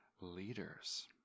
leaders